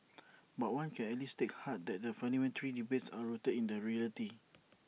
but one can at least take heart that the parliamentary debates are rooted in reality